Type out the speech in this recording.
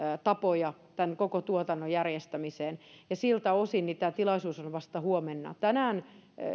tapoja tämän koko tuotannon järjestämiseen siltä osin tämä tilaisuus on vasta huomenna tänään